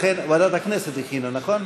לכן,